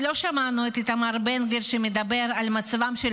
ולא שמענו את איתמר בן גביר מדבר על מצבם של